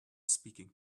speaking